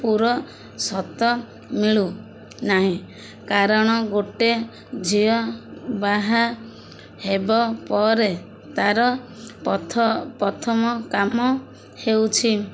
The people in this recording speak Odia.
ପୁର ସତ ମିଳୁନାହିଁ କାରଣ ଗୋଟେ ଝିଅ ବାହା ହେବ ପରେ ତାର ପଥ ପ୍ରଥମ କାମ ହେଉଛି